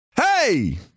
Hey